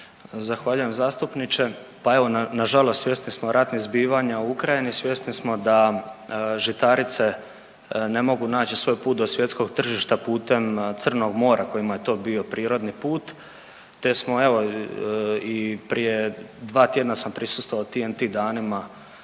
Zahvaljujem zastupniče. Pa evo nažalost svjesni smo ratnih zbivanja u Ukrajini, svjesni smo da žitarice ne mogu naći svoj put do svjetskog tržišta putem Crnog mora kojima je to bio prirodni put te smo evo i prije 2 tjedna sam prisustvovao TEN-T danima